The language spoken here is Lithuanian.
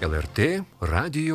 lrt radijui